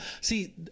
See